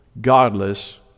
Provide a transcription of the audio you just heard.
godless